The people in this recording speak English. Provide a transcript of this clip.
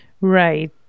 right